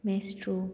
maestro